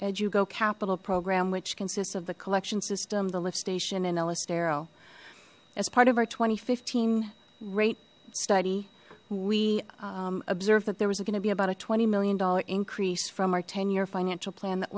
as you go capital program which consists of the collection system the lift station in ellis tarot as part of our two thousand and fifteen rate study we observe that there was going to be about a twenty million dollar increase from our ten year financial plan that